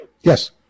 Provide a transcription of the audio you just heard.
Yes